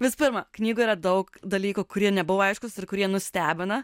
visų pirma knygoj yra daug dalykų kurie nebuvo aiškūs ir kurie nustebina